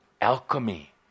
alchemy